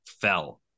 fell